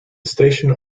station